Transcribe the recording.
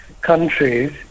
countries